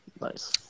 Nice